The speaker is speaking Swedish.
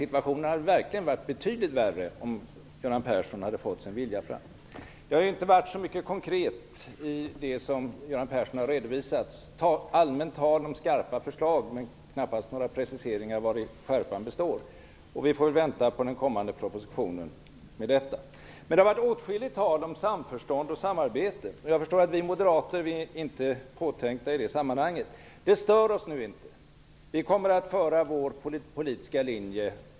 Situationen hade därför verkligen varit betydligt värre om Göran Persson hade fått sin vilja igenom. Det har inte varit så mycket konkret i det som Göran Persson har redovisat. Det har varit allmänt tal om skarpa förslag men knappast några preciseringar av vari skärpan består. Vi får väl vänta på den kommande propositionen om detta. Det har varit åtskilligt tal om samförstånd och samarbete, och jag förstår att vi moderater inte är påtänkta i det sammanhanget. Det stör oss nu inte. Vi kommer konsekvent att följa vår politiska linje.